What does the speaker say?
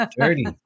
dirty